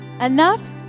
enough